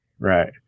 Right